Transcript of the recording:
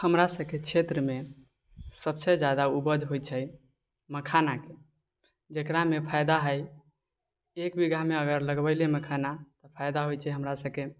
हमरासबके क्षेत्रमे सबसँ ज्यादा उपज होइ छै मखानाके जकरामे फायदा हइ एक बीघामे अगर लगबैले मखाना तऽ फायदा होइ छै हमराबके